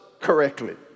correctly